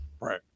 Right